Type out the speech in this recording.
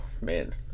man